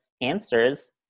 answers